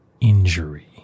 injury